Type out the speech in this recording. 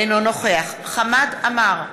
אינו חמד עמאר,